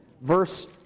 verse